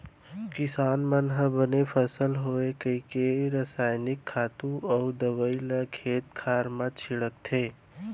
किसान मन ह बने फसल होवय कइके रसायनिक खातू अउ दवइ ल खेत खार म छींचथे